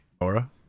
Laura